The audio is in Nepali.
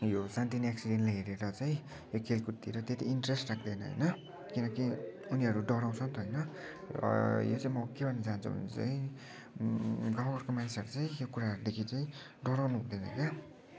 यो सानो तिनो एक्सिडेन्टलाई हेरेर चाहिँ खेलकुदतिर त्यती इन्ट्रेस्ट राख्दैन होइन किनकि उनीहरू डराउँछ नि त होइन र यो चाहिँ म के भन्न चाह्नछु भने चाहिँ गाउँ घरको मानिसहरू चाहिँ यो कुराहरूदेखि चाहिँ डराउनु हुँदैन क्या